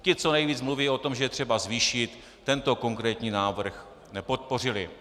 Ti, co nejvíc mluví o tom, že je třeba zvýšit, tento konkrétní návrh nepodpořili.